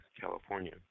California